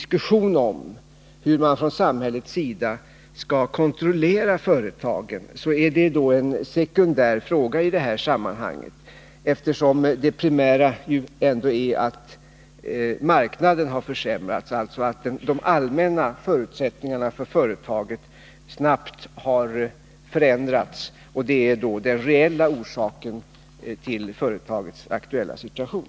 Diskussionen om hur man från samhällets sida skall kontrollera företagen är i detta sammanhang av sekundär betydelse. Det primära är ju att marknaden har försämrats, att de allmänna förutsättningarna för företagen snabbt har förändrats. Det är den reella orsaken till företagets aktuella situation.